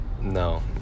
no